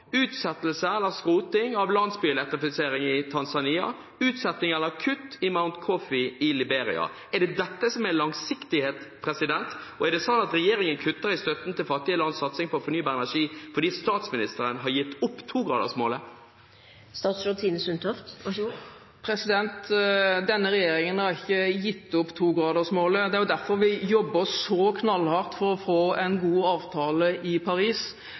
utsettelse eller skroting av landsbyelektrifisering i Tanzania, utsetting av eller kutt i Mount Coffee i Liberia – er det dette som er langsiktighet? Og er det sånn at regjeringen kutter i støtten til fattige lands satsing på fornybar energi fordi statsministeren har gitt opp togradersmålet? Denne regjeringen har ikke gitt opp togradersmålet. Det er jo derfor vi jobber så knallhardt for å få en god avtale i Paris.